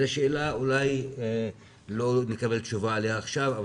זו שאלה שאולי לא נקבל עליה תשובה עכשיו,